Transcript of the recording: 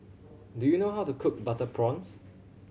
do you know how to cook butter prawns